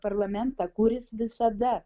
parlamentą kuris visada